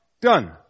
Done